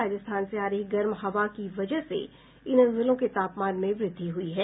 राजस्थान से आ रही गर्म हवा की वजह से इन जिलों के तापमान में वृद्धि हुई है